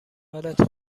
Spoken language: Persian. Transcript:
حالت